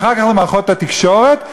ואחר כך למערכות התקשורת,